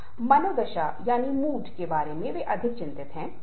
लेकिन अगर हम सवाल पूछें तो क्या वे सभी संस्कृतियों में समान हैं